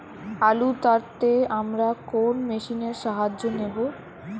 আলু তাড়তে আমরা কোন মেশিনের সাহায্য নেব?